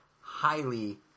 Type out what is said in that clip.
highly